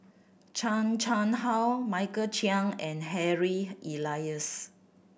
Chan Chang How Michael Chiang and Harry Elias